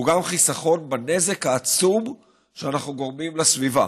והוא גם חיסכון בנזק העצום שאנחנו גורמים לסביבה,